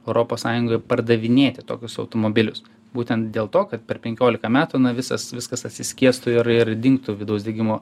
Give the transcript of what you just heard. europos sąjungoje pardavinėti tokius automobilius būtent dėl to kad per penkiolika metų na visas viskas atsiskiestų ir ir dingtų vidaus degimo